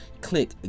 click